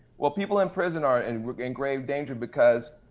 well, people on prison are in grave danger because.